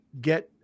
get